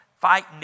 fighting